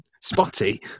spotty